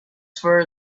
for